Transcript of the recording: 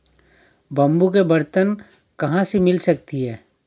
Bamboo के बर्तन कहाँ से मिल सकते हैं?